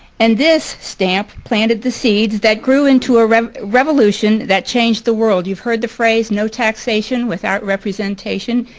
and this stamp planted the seeds that grew into a revolution that changed the world. you've heard the phrase, no taxation without representation?